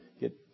get